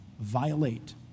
violate